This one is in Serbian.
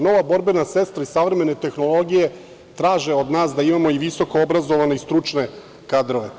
Nova borbena sredstva i savremene tehnologije traže od nas da imamo i visoko obrazovne i stručne kadrove.